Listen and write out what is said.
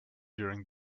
during